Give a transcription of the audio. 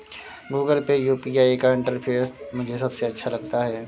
Google Pay UPI का interface मुझे सबसे अच्छा लगता है